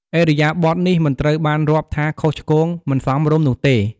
ឥរិយាបថនេះមិនត្រូវបានរាប់ថាខុសឆ្គង មិនសមរម្យនោះទេ។